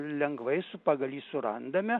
lengvai su pagal jį surandame